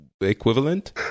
equivalent